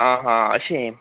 आं आं अशें